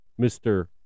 Mr